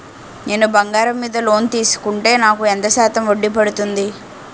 నేను బంగారం మీద లోన్ తీసుకుంటే నాకు ఎంత శాతం వడ్డీ పడుతుంది?